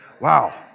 Wow